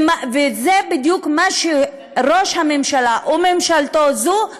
וזה בדיוק מה שראש הממשלה וממשלתו זו מיישמים.